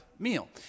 meal